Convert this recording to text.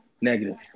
negative